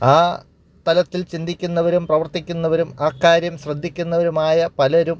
ആ തലത്തിൽ ചിന്തിക്കുന്നവരും പ്രവർത്തിക്കുന്നവരും ആ കാര്യം ശ്രദ്ധിക്കുന്നവരുമായ പലരും